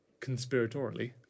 conspiratorially